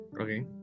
Okay